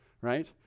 right